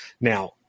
Now